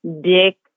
dick